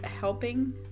helping